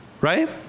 Right